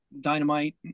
Dynamite